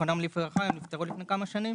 זיכרונם לברכה הם נפטרו לפני כמה שנים